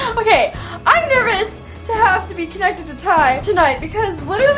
i'm nervous to have to be connected to ty tonight because